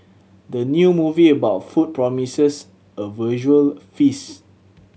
the new movie about food promises a visual feast